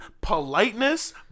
politeness